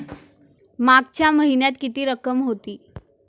मागच्या महिन्यात किती रक्कम होती?